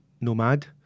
Nomad